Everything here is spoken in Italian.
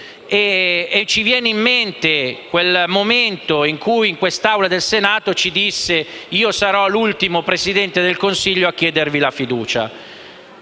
Ci viene così in mente quel momento in cui, in quest'Aula del Senato, ci disse che sarebbe stato l'ultimo Presidente del Consiglio a chiederci la fiducia.